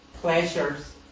pleasures